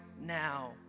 now